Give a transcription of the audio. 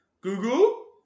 Google